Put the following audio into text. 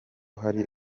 hari